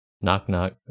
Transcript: Knock-knock